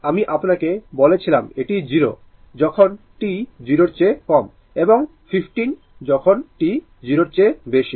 সুতরাং আমি আপনাকে বলেছিলাম এটি 0 যখন t 0 এর চেয়ে কম এবং এটি 15 যখন t 0 এর চেয়ে বেশি